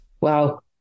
Wow